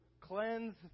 cleanse